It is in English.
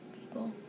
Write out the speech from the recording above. people